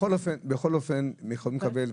בכל אופן הם יכולים לקבל,